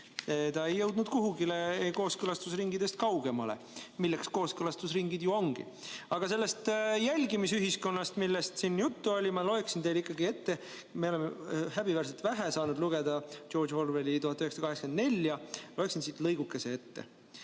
Ta ei jõudnud kooskõlastusringidest kaugemale. Selleks kooskõlastusringid ju ongi. Aga sellest jälgimisühiskonnast, millest siin juttu oli, ma loeksin teile ikkagi ette. Me oleme häbiväärselt vähe saanud lugeda George Orwelli "1984". Loen siit lõigukese ette: